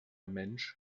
mensch